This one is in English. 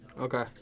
Okay